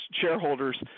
shareholders